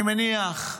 אני מניח,